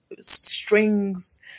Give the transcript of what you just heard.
strings